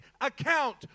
account